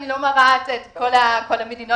אני לא מראה את כל המדינות,